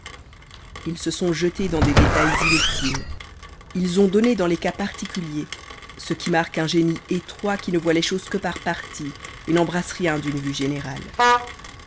ils se sont jetés dans des détails inutiles ils ont donné dans les cas particuliers ce qui marque un génie étroit qui ne voit les choses que par parties et n'embrasse rien d'une vue générale